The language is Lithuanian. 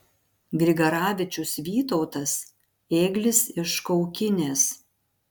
grigaravičius vytautas ėglis iš kaukinės